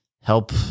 help